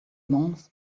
monts